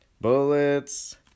bullets